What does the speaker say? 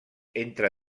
entre